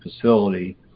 facility